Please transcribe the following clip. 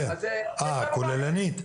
אני מקווה שזה יגיע במהרה למועצה הארצית,